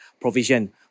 provision